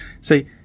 See